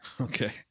Okay